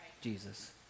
Jesus